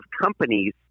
companies